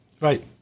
Right